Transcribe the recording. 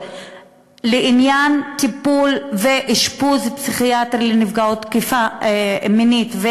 לעניין טיפול ואשפוז פסיכיאטרי לנפגעות תקיפה מינית,